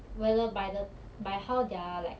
whether by the by how their like